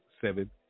seven